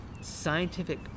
scientific